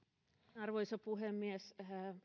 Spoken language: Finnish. arvoisa puhemies